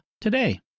today